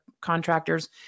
contractors